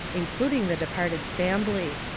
including the departed's fambly.